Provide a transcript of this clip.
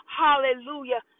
hallelujah